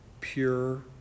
pure